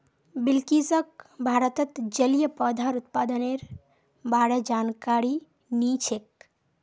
बिलकिसक भारतत जलिय पौधार उत्पादनेर बा र जानकारी नी छेक